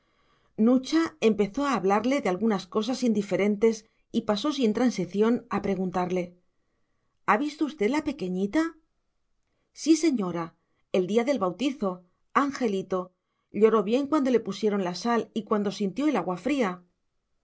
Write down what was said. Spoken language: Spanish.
nucha empezó a hablarle de algunas cosas indiferentes y pasó sin transición a preguntarle ha visto usted la pequeñita sí señora el día del bautizo angelito lloró bien cuando le pusieron la sal y cuando sintió el agua fría